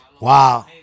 Wow